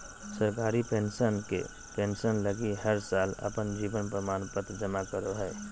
सरकारी पेंशनर के पेंसन लगी हर साल अपन जीवन प्रमाण पत्र जमा करो हइ